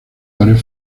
varios